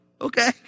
okay